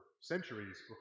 centuries